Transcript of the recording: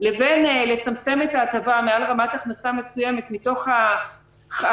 לבין לצמצם את ההטבה מעל רמת הכנסה מסוימת מתוך הנחה